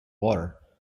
water